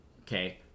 Okay